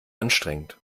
anstrengend